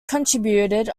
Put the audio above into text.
contributed